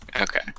Okay